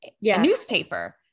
newspaper